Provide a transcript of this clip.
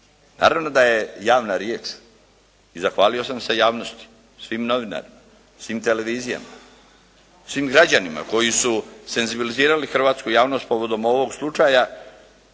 Naravno da je javna riječ i zahvalio sam se javnosti, svim novinarima, svim televizijama, svim građanima koji su senzibilizirali hrvatsku javnost povodom ovog slučaja.